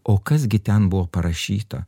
o kas gi ten buvo parašyta